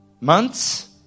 months